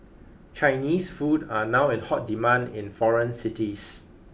Chinese food are now in hot demand in foreign cities